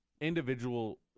individual